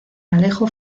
alejo